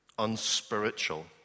Unspiritual